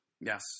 Yes